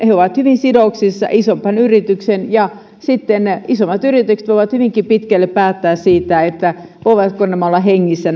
he ovat hyvin sidoksissa isompaan yritykseen ja sitten isommat yritykset voivat hyvinkin pitkälle päättää siitä voivatko nämä mikroyritykset olla hengissä